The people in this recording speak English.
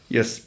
Yes